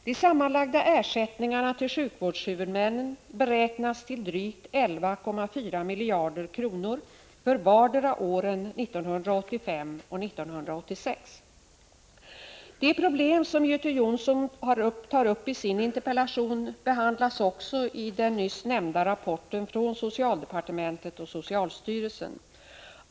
De sammanlagda ersättningarna till sjukvårdshuvudmännen beräknas till drygt 11,4 miljarder kronor för vartdera åren 1985 och 1986. De problem som Göte Jonsson tar upp i sin interpellation behandlas också i den nyss nämnda rapporten från socialdepartementet och socialstyrelsen.